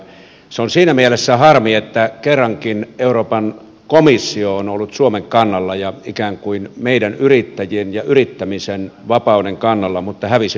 se on siinä mielessä harmi että kerrankin euroopan komissio on ollut suomen kannalla ja ikään kuin meidän yrittäjien ja yrittämisen vapauden kannalla mutta hävisi parlamentille